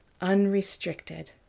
unrestricted